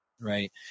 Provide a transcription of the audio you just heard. Right